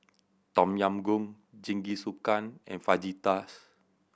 Tom Yam Goong Jingisukan and Fajitas